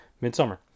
Midsummer